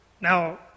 Now